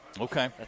Okay